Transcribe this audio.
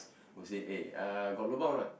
will say eh uh got lobang or not